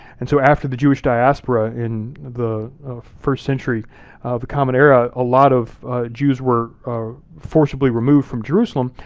and so after the jewish diaspora in the first century of the common era, a lot of jews were forcibly removed from jerusalem.